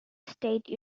state